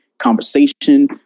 conversation